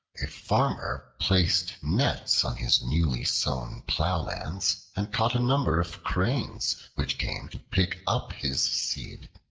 a farmer placed nets on his newly-sown plowlands and caught a number of cranes, which came to pick up his seed.